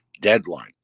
Deadline